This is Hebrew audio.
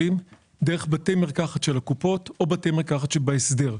בתי המרקחת של הקופות או בתי המרקחת שבהסדר.